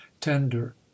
tender